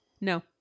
No